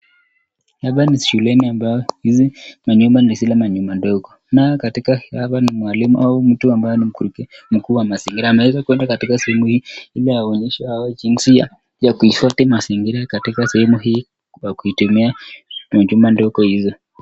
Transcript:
Hapa ni shuleni ambayo hizi manyumba ni zile manyumba ndogo na katika hapa ni mwalimu ama mtu ambaye ni mkuu wa mazingira ameweza kuenda katika sehemu hii hili aonyeshe jinsi ya kuhifadhi mazingira katika sehemu hii kwa kutumia jumba ndogo hizo.